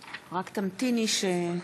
מצביע אלי כהן,